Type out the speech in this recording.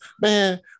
Man